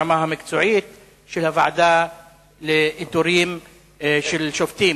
ברמה המקצועית של הוועדה לאיתורים של שופטים?